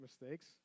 mistakes